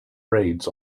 raids